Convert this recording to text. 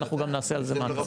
ואנחנו גם נעשה על זה מעקב.